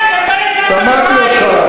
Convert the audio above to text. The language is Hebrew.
אין צורך לצעוק.